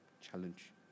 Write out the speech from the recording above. challenge